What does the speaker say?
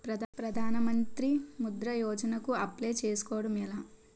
ప్రధాన మంత్రి ముద్రా యోజన కు అప్లయ్ చేసుకోవటం ఎలా?